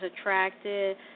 attracted